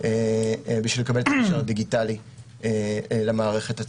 בשביל לקבל קשר דיגיטלי למערכת עצמה.